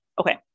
Okay